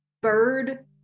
bird